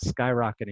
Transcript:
skyrocketing